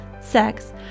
sex